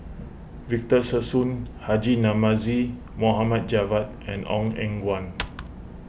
Victor Sassoon Haji Namazie Mohd Javad and Ong Eng Guan